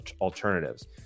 alternatives